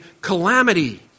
calamity